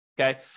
okay